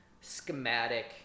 schematic